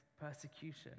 persecution